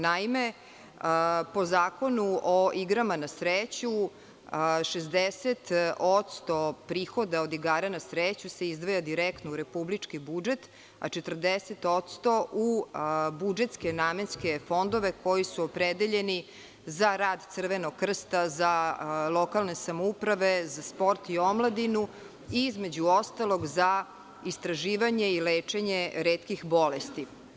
Naime, po Zakonu o igrama na sreću, 60% prihoda od igara na sreću se izdvaja direktno u republički budžet, a 40% u budžetske namenske fondove koji su opredeljeni za rad Crvenog krsta, za lokalne samouprave, za sport i omladinu i, između ostalog, za istraživanje i lečenje retkih bolesti.